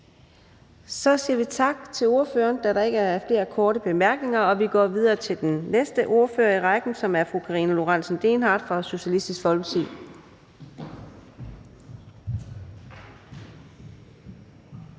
Så siger vi tak til ordføreren, da der ikke er flere korte bemærkninger. Og vi går videre til den næste ordfører i rækken, som er fru Karina Lorentzen Dehnhardt fra Socialistisk Folkeparti.